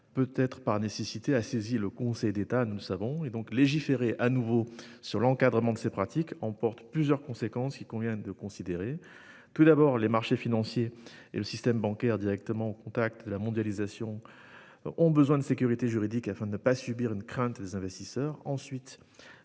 peut-être par nécessité, a saisi le Conseil d'État. Légiférer à nouveau sur l'encadrement de ces pratiques emporte donc plusieurs conséquences qu'il convient de considérer. D'abord, les marchés financiers et le système bancaire, directement au contact de la mondialisation, ont besoin de sécurité juridique afin de ne pas créer de la crainte chez les investisseurs. Ensuite,